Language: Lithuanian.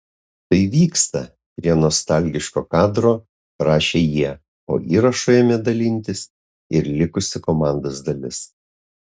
tai vyksta prie nostalgiško kadro rašė jie o įrašu ėmė dalintis ir likusi komandos dalis